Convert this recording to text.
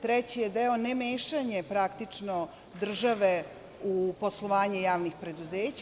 Treći je deo nemešanje, praktično, države u poslovanje javnih preduzeća.